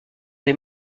des